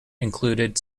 included